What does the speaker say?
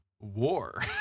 War